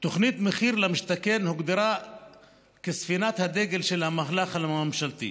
תוכנית מחיר למשתכן הוגדרה כספינת הדגל של המהלך הממשלתי,